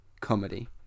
comedy